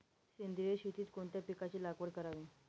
सेंद्रिय शेतीत कोणत्या पिकाची लागवड करावी?